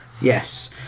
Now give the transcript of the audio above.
Yes